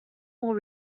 more